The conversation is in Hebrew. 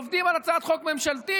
עובדים על הצעת חוק ממשלתית?